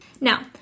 Now